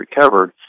recovered